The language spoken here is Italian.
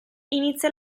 inizia